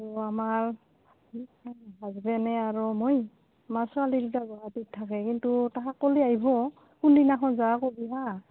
অ' আমাৰ হাজবেণ্ডে আৰু মই আমাৰ ছোৱালী দুটা গুৱাহাটীত থাকে কিন্তু তাহাক ক'লে আহিব কোনদিনাখন যোৱা ক'বি হা